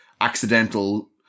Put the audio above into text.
accidental